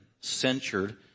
censured